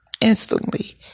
instantly